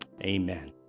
Amen